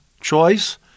choice